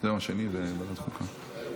בתי המשפט (תיקון מס'